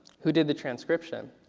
who did the transcription?